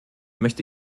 möchte